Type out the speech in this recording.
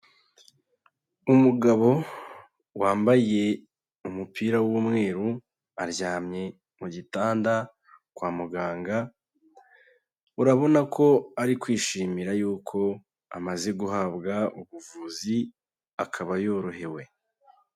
Umugabo wambaye umupira w'umweru, aryamye mu gitanda kwa muganga, urabona ko ari kwishimira yuko amaze guhabwa ubuvuzi akaba yorohewe.